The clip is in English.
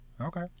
Okay